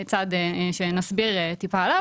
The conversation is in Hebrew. צעד שנסביר עליו מעט.